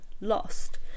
lost